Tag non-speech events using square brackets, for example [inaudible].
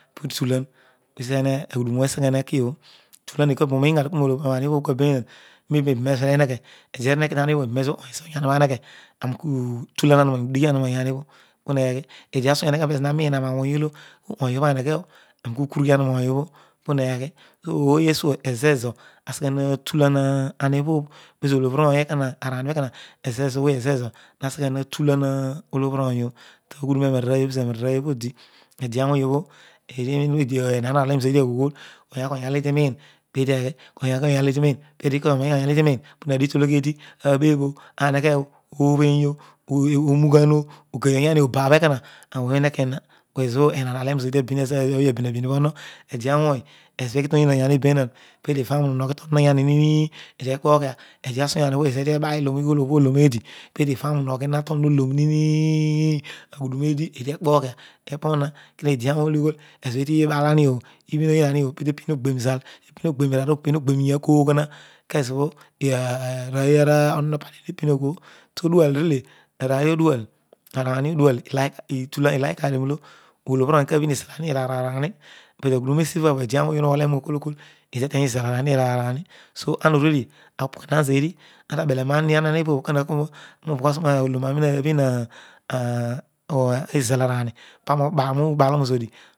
Potulaor ezor agbuduro obho aseghe eeba hakiobho utulanio kuabe, uroin ghadio na heobhai kuabe otulan raybe ebunezo eheghe ezeheghe aduebhobh ezo oyahoobho ameghe akii [unintelligible] edi asughruyan eko kezo ana roiin na oti ohy obho aneghe oh aani uki ukine ghaani reony obho p eylie so opy esiio ezoor ezoi aseghe ha tuhan cuiebhobh pezo olobh ikay ekaraoo arahie bho ekana ezorezor maseyhe natulah row olobull ony obho taghudurn eroaararooy obho pezo idi edia ooy ehaan alep zeedi aghool kojani koyarroho eedi toin paedi edhi [unintelligible] puha digh tologhaedi abebhoh areghe oh oobheeg oh, oorodl ghagh oh, ogeiy oyar ooh, obaab obho ekoma eedi he ki, ezobho ehaan alepo zezum ooy abni abin oho ede lloobin ezobho eedi ighi toyhi oya bemama obho peedi iyaol rooromogho tonsn adiebhobh ede asughu yan obho ezobho keedi ibali loon ighal eedo heeghi to loon eedi, heeghi to loon eedi, peedi ivanuna rooroiohhi to lohoh olooop nimi aghuduon eed. eedi ekpogha epo ha, kidhawohg olo ugho ezobho eedi ibal anorobho peedi tebin ogbebhoro izal, iraar, iyah oyh ha kewbho arooy omopadi hepiobho aroghodual, araarahi odual llhkighadio arooy odual kebhi iyar araani but aghudoro esibhabho idiarpoy holen okor iteny iyal arearny iraar arani so ana oruejio apeena zeedi auta beleparani ahahiopobho kari korou [unintelligible]